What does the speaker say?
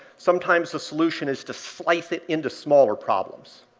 sometimes the solution is to slice it into smaller problems.